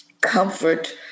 comfort